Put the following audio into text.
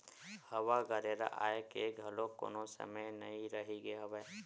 हवा गरेरा आए के घलोक कोनो समे नइ रहिगे हवय